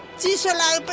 see you. so i but